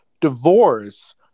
divorce